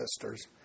sisters